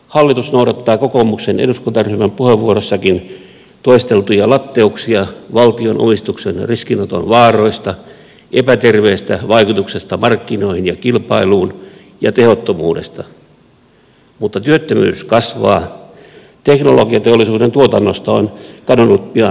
hallitus noudattaa kokoomuksen eduskuntaryhmän puheenvuorossakin toisteltuja latteuksia valtion omistuksen ja riskinoton vaaroista epäterveestä vaikutuksesta markkinoihin ja kilpailuun ja tehottomuudesta mutta työttömyys kasvaa teknologiateollisuuden tuotannosta on kadonnut pian puolet